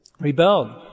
rebelled